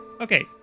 Okay